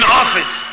office